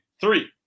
three